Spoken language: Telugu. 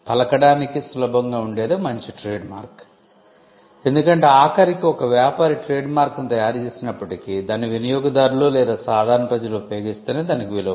పలకడానికి సులభంగా ఉండేదే మంచి ట్రేడ్మార్క్ ఎందుకంటే ఆఖరికి ఒక వ్యాపారి ట్రేడ్మార్క్ ను తయారు చేసినప్పటికి దాన్ని వినియోగదారులు లేదా సాధారణ ప్రజలు ఉపయోగిస్తేనే దానికి విలువ